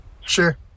Sure